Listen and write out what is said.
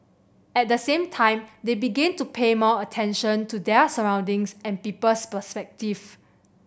at the same time they begin to pay more attention to their surroundings and people's perspective